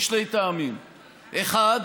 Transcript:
משני טעמים: אחד,